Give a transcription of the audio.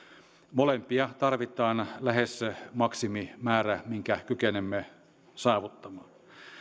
molempia tarvitaan lähes maksimimäärä minkä kykenemme saavuttamaan